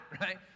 right